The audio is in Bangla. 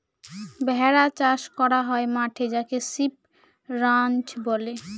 ভেড়া চাষ করা হয় মাঠে যাকে সিপ রাঞ্চ বলে